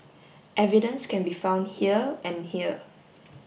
evidence can be found here and here